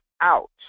out